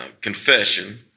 Confession